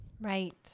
Right